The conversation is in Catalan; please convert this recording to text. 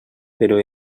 però